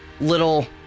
little